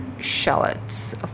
shallots